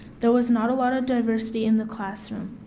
there was not a lot of diversity in the classroom.